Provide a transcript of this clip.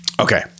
okay